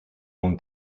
une